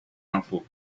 impôts